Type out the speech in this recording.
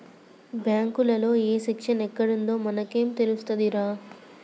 బాంకులల్ల ఏ సెక్షను ఎక్కడుందో మనకేం తెలుస్తదిరా